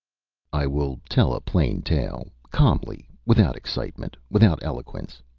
i will tell a plain tale, calmly, without excitement, without eloquence.